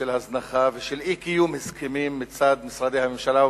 של הזנחה ושל אי-קיום הסכמים מצד משרדי ממשלה,